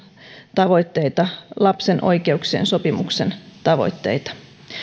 tavoitteita lapsen oikeuksien sopimuksen tavoitteita